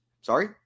sorry